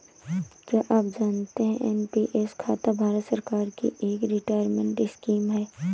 क्या आप जानते है एन.पी.एस खाता भारत सरकार की एक रिटायरमेंट स्कीम है?